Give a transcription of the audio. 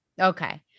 Okay